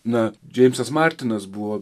na džeimsas martinas buvo